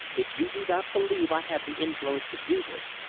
if you do not believe i have the influence to do this,